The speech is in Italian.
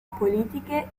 politiche